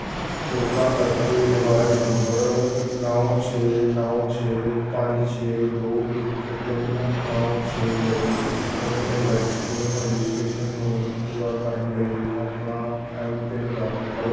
ਕਿਰਪਾ ਕਰਕੇ mobile number ਨੌ ਛੇ ਨੌ ਛੇ ਪੰਜ ਛੇ ਦੋ ਇੱਕ ਤਿੰਨ ਨੌ ਛੇ ਲਈ ਆਪਣੀ ਵੈਕਸੀਨ ਰਜਿਸਟ੍ਰੇਸ਼ਨ ਨੂੰ ਪੂਰਾ ਕਰਨ ਲਈ ਆਪਣਾ ਐਮਪਿੰਨ ਦਾਖਲ ਕਰੋ